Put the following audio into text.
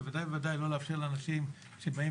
בוודאי ובוודאי לא לאפשר לאנשים שבאים